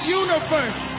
universe